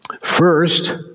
First